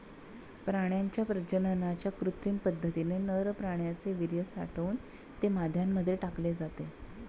प्राण्यांच्या प्रजननाच्या कृत्रिम पद्धतीने नर प्राण्याचे वीर्य साठवून ते माद्यांमध्ये टाकले जाते